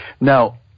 Now